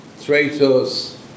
traitors